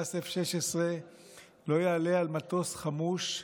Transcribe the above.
טייס F-16 לא יעלה על מטוס חמוש,